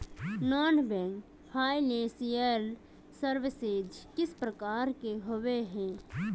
Non banking financial services किस प्रकार के होबे है?